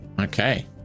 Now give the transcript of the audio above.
Okay